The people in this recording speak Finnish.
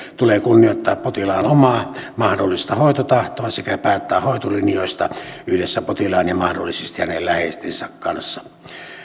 tulee kunnioittaa potilaan omaa mahdollista hoitotahtoa sekä päättää hoitolinjoista yhdessä potilaan ja mahdollisesti hänen läheistensä kanssa